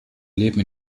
leben